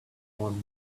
one